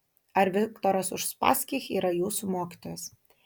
ar viktoras uspaskich yra jūsų mokytojas